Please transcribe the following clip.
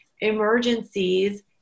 emergencies